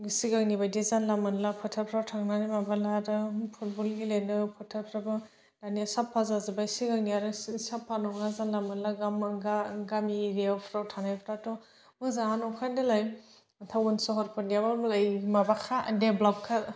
सिगांनि बायदि जानला मोनला फोथारफ्राव थांनानै माबालादा फुटबल गेलेनो फोथारफ्राबो मानि साफा जाजोब्बाय सिगांनिया आरो साफा नङा जानला मोनला गामबांगा गामि आरियावफ्राव थानायफ्राथ' मोजाङानो नंखाया देलाय टावन सहरफोरनियाबा मालाय माबाखा डेभलापखा